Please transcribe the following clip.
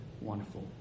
wonderful